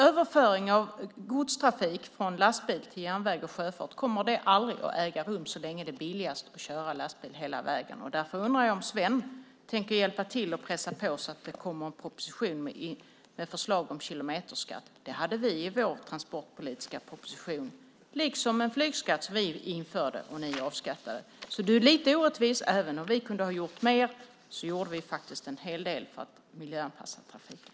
Överföring av godstrafik från lastbil till järnväg och sjöfart kommer aldrig att äga rum så länge det är billigast att köra lastbil hela vägen. Därför undrar jag om Sven Bergström tänker hjälpa till och pressa på så att det kommer en proposition med förslag om en kilometerskatt. Det hade vi med i vår transportpolitiska proposition liksom en flygskatt som vi införde och ni sedan avskaffade. Sven Bergström är därför lite orättvis. Även om vi kunde ha gjort mer gjorde vi faktiskt en hel del för att miljöanpassa trafiken.